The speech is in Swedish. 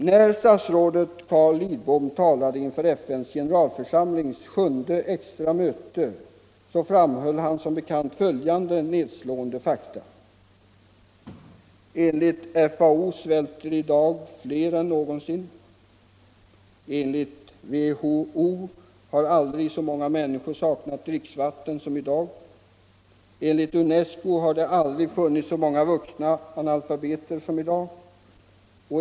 När statsrådet Carl Lidbom talade inför FN:s generalförsamlings sjunde extra möte framhöll han som bekant följande nedslående fakta: —- Enligt FAO svälter fler i dag än någonsin. —- Enligt WHO har aldrig så många människor saknat dricksvatten som —- Enligt UNESCO har det aldrig funnits så många vuxna analfabeter som i dag.